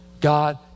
God